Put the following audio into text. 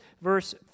verse